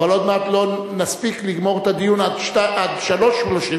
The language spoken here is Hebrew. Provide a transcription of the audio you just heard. אבל עוד מעט לא נספיק לגמור את הדיון עד 15:37,